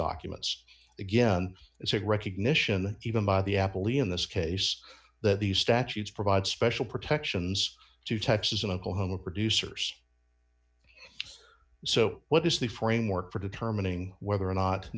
documents again it's a recognition even by the apple in this case that these statutes provide special protections to texas and oklahoma producers so what is the framework for determining whether or not